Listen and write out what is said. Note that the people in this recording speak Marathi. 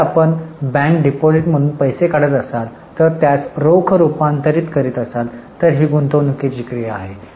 जर आपण बँक डिपॉझिट मधून पैसे काढत असाल आणि त्यास रोख रुपांतरित करीत असाल तर ही गुंतवणूकीची क्रिया आहे